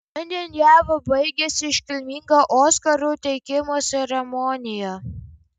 šiandien jav baigėsi iškilminga oskarų teikimo ceremonija